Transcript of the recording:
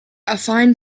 affine